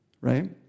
right